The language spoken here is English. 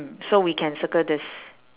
mm so we can circle this